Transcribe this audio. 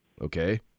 Okay